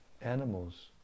animals